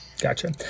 Gotcha